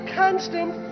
constant